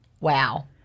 Wow